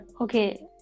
okay